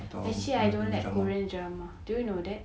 except that the world energy